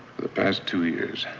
for the past two years,